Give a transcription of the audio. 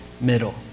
middle